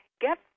Get